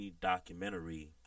documentary